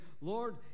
Lord